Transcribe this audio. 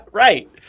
Right